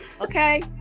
Okay